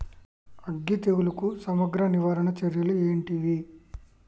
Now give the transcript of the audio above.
అగ్గి తెగులుకు సమగ్ర నివారణ చర్యలు ఏంటివి?